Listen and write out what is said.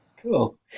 Cool